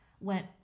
went